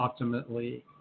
optimally